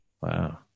Wow